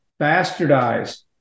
bastardized